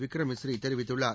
விக்ரம் மிஸ்ரி தெரிவித்துள்ளார்